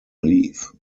leave